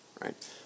right